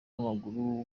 w’amaguru